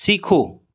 सीखो